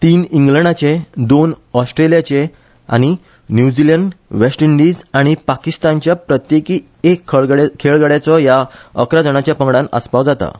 तीन इंग्लंडाचे दोन ऑस्ट्रलियाचे आनी न्युझिलंड वेस्ट इंडिज आनी पाकिस्तानच्या प्रत्येकी एक खेळगड्याचो ह्या अकराजाणांच्या पंगडान आसपाव जाता